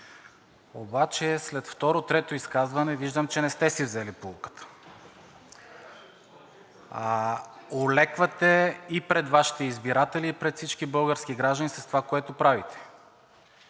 обаче след второ, трето изказване виждам, че не сте си взели поуката. Олеквате и пред Вашите избиратели, и пред всички български граждани с това, което правите.